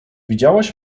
widziałaś